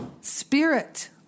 Spirit